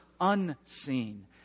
unseen